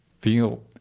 feel